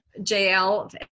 JL